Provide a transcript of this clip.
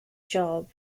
job